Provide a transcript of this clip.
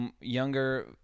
Younger